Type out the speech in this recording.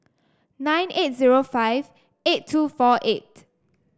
nine eight zero five eight two four eight